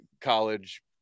college